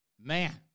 man